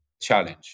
challenge